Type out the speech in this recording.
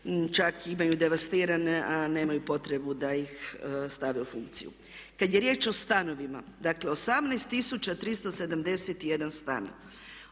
čak imaju devastirane a nemaju potrebu da ih stave u funkciju. Kad je riječ o stanovima, dakle 18 371 stan,